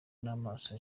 n’amaso